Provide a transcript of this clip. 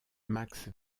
max